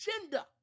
gender